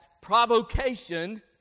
provocation